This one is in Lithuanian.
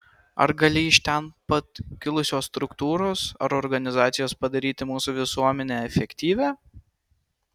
ar gali iš ten pat kilusios struktūros ar organizacijos padaryti mūsų visuomenę efektyvią